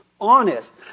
honest